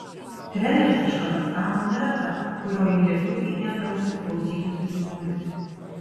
treneris iš kazachstano nėra tas kurio interviu įtempę ausis klausytųsi žurnalistai